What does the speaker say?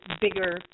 bigger